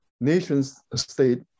nation-state